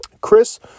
Chris